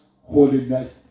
holiness